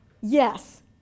Yes